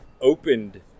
opened